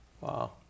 Wow